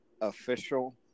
official